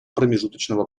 промежуточного